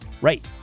right